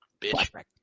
bitch